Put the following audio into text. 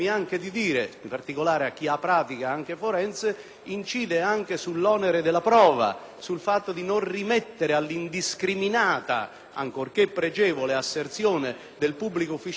forense - sull'onere della prova, sul fatto di non rimettere all'indiscriminata, ancorché pregevole asserzione del pubblico ufficiale che si asserisce offeso. La presenza di più persone,